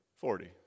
Forty